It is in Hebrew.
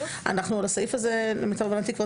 אנחנו על הסעיף הזה למיטב הבנתי כבר